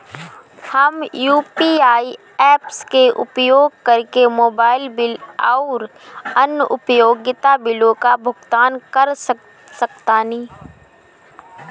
हम UPI apps के उपयोग करके मोबाइल बिल आउर अन्य उपयोगिता बिलों का भुगतान कर सकतानी